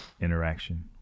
interaction